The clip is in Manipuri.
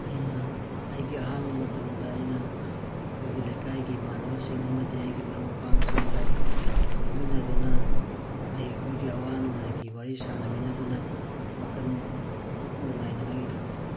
ꯑꯩꯅ ꯑꯩꯒꯤ ꯑꯍꯥꯡꯕ ꯃꯇꯝꯗ ꯑꯩꯅ ꯑꯩꯈꯣꯏꯒꯤ ꯂꯩꯀꯥꯏꯒꯤ ꯏꯃꯥꯟꯅꯕꯁꯤꯡ ꯑꯃꯗꯤ ꯑꯩꯒꯤ ꯃꯔꯨꯞ ꯃꯄꯥꯡꯁꯤꯡꯒ ꯐꯝꯃꯤꯟꯅꯗꯨꯅ ꯑꯩꯈꯣꯏꯒꯤ ꯑꯋꯥ ꯅꯨꯡꯉꯥꯏꯒꯤ ꯋꯥꯔꯤ ꯁꯥꯟꯅꯃꯤꯟꯅꯗꯨꯅ ꯋꯥꯈꯟ ꯅꯨꯡꯉꯥꯏꯅꯤꯉꯥꯏꯒꯤ ꯊꯕꯛ ꯇꯧꯏ